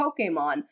Pokemon